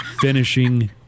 finishing